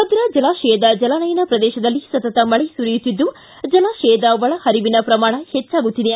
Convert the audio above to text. ಭದ್ರಾ ಜಲಾಶಯದ ಜಲಾನಯನ ಪ್ರದೇಶದಲ್ಲಿ ಸತತ ಮಳೆ ಸುರಿಯುತ್ತಿದ್ದು ಜಲಾಶಯದ ಒಳಪರಿವಿನ ಪ್ರಮಾಣ ಹೆಚ್ಚುಗುತ್ತಿದೆ